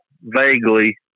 vaguely